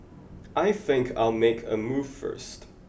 I think I'll make a move first